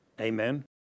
Amen